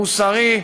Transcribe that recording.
מוסרי,